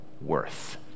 worth